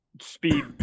speed